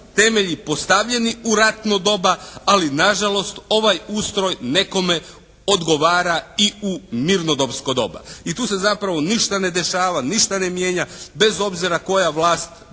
temelji postavljeni u ratno doba, ali nažalost ovaj ustroj nekome odgovara i u mirnodopsko doba. I tu se zapravo ništa ne dešava, ništa ne mijenja, bez obzira koja vlast bila